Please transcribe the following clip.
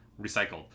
Recycled